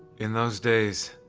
in those days,